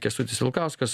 kęstutis vilkauskas